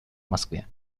москве